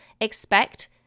expect